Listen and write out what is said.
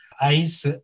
ice